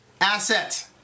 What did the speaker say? asset